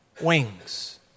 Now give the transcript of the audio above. Wings